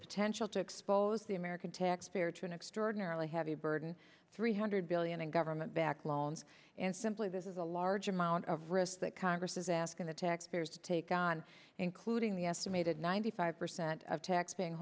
potential to expose the american taxpayer to an extraordinarily heavy burden three hundred billion in government backed loans and simply this is a large amount of risk that congress is asking the taxpayers to take on including the estimated ninety five percent of tax